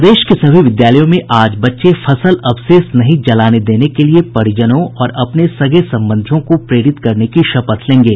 प्रदेश के सभी विद्यालयों में आज बच्चे फसल अवशेष नहीं जलाने देने के लिए परिजनों और अपने सगे संबंधियों को प्रेरित करने की शपथ लेंगे